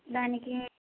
దానికి